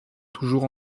toujours